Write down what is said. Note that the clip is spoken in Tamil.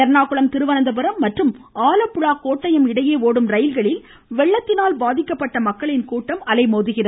எர்ணாக்குளம் திருவனந்தபுரம் மற்றும் ஆலப்புழா கோட்டையம் இடையே ஓடும் ரயில்களில் வெள்ளத்தினால் பாதிக்கப்பட்ட மக்களின் கூட்டம் அலைமோதுகிறது